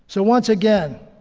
so once again,